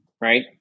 right